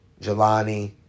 Jelani